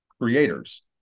creators